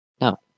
No